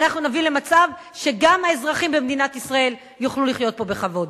אנחנו נביא למצב שגם האזרחים במדינת ישראל יוכלו לחיות פה בכבוד.